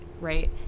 right